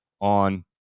on